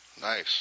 Nice